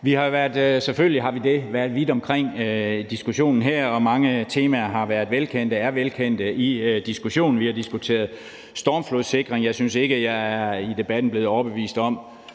selvfølgelig været vidt omkring i diskussionen her, og mange af temaerne i diskussionen er velkendte. Vi har diskuteret stormflodssikring. Jeg synes ikke, at jeg i debatten er blevet overbevist om,